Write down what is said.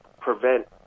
prevent